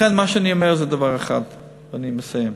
לכן מה שאני אומר זה דבר אחד, ואני מסיים.